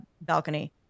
balcony